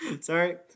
Sorry